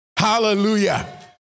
Hallelujah